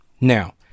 now